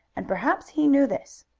and perhaps he knew this.